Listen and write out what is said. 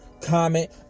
comment